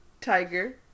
tiger